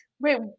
Wait